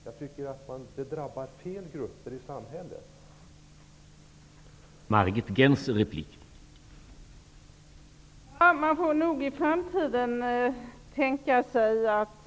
Jag tycker att fel grupper i samhället drabbas.